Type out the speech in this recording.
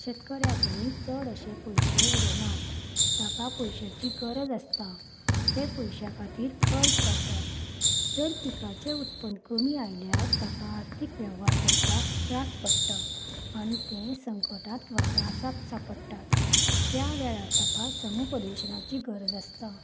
शेतकाऱ्यां कडेन चड अशे पयशे उरनात ताका पयशाची गरज आसता ते पयशा खातीर कर्ज काडटात जर पिकाचें उत्पादन कमी आयल्यार ताका आर्थीक वेव्हार करपाक त्रास पडटात तेवूय संकटांत किंवा त्रासांत सांपडटात त्या वेळार ताका समुपदेशाची गरज आसता